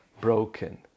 broken